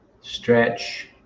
stretch